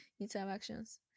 interactions